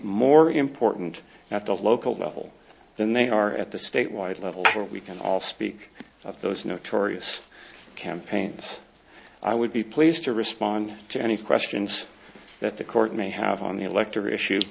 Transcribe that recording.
more important at the local level than they are at the statewide level where we can all speak of those notorious campaigns i would be pleased to respond to any questions that the court may have on the electoral issue